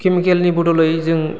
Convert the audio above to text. केमिकेलनि बदलै जों